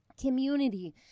community